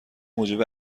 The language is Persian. موجب